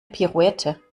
pirouette